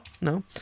No